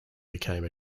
became